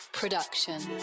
Production